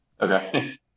Okay